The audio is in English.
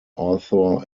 author